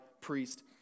priest